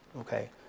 Okay